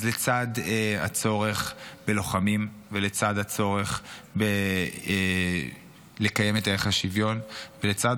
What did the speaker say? אז לצד הצורך בלוחמים ולצד הצורך בלקיים את ערך השוויון ולצד